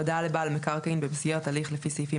הודעה לבעל מקרקעין במסגרת הליך לפי סעיפים